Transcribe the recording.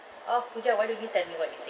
orh peter why don't you tell me what you think